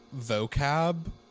vocab